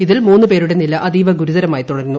ഇതിൽ മൂന്ന് പേരുടെ നില അതീവ ഗുരുതരമായി തുടരുന്നു